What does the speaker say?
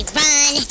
run